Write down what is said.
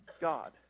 God